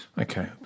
okay